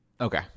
Okay